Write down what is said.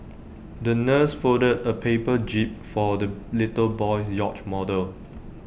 the nurse folded A paper jib for the little boy's yacht model